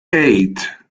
eight